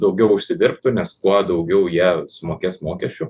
daugiau užsidirbtų nes kuo daugiau jie sumokės mokesčių